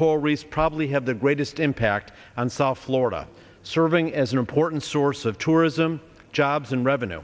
coral reefs probably have the greatest impact on south florida serving as an important source of tourism jobs and revenue